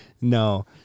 No